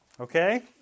Okay